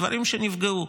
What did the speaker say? דברים שנפגעו,